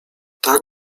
tak